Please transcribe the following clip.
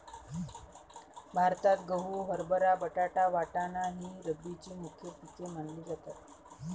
भारतात गहू, हरभरा, बटाटा, वाटाणा ही रब्बीची मुख्य पिके मानली जातात